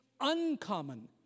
uncommon